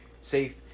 safe